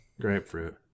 grapefruit